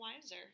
wiser